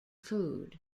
food